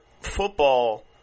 football